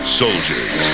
soldiers